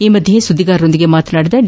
ಈ ಮಧ್ಯೆ ಸುದ್ವಿಗಾರರೊಂದಿಗೆ ಮಾತನಾಡಿದ ಡಿ